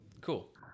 Cool